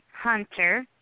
Hunter